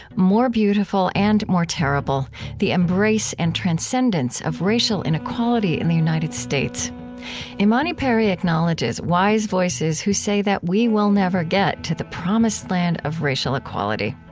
more beautiful and more terrible the embrace and transcendence of racial inequality in the united states imani perry acknowledges wise voices who say that we will never get to the promised land of racial equality.